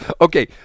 Okay